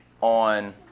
on